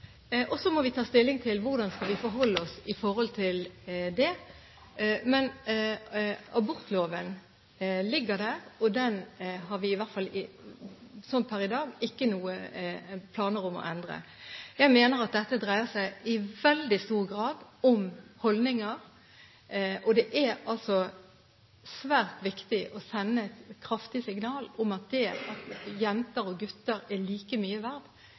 og så vi må ta stilling til hvordan vi skal forholde oss til det. Men abortloven ligger der, og den har vi – i hvert fall per i dag – ikke noen planer om å endre. Jeg mener at dette i veldig stor grad dreier seg om holdninger, og det er svært viktig å sende et kraftig signal om at det at jenter og gutter er like mye verd,